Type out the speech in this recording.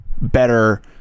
better